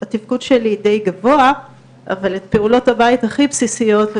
התפקוד שלי די גבוה אבל את פעולות הבית הכי בסיסיות,